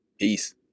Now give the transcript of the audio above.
Peace